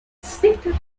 distinctive